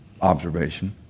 observation